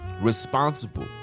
Responsible